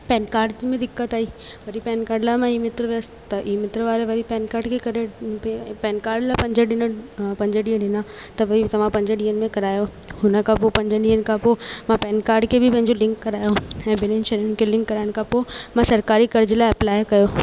pan card में दिक़त आई वरी पैन काड लाइ मां ई मित्र वियसि त ई मित्र वारी वरी पैन काड खे करेक्ट कयो ऐं पैन काड लाइ पंज ॾिन पंज ॾींहं ॾिना त भई तव्हां पंज ॾींहनि में करायो हुन खां पोइ पंज ॾींहनि खां पो मां पैन काड खे बि पैंजो लिंक करायो ऐं ॿिन्हिनि शयुनि खे लिंक कराइण खां पोइ मां सरकारी कर्ज़ लाइ अप्लाए कयो